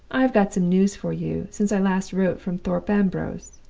i have got some news for you, since i last wrote from thorpe ambrose